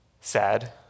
sad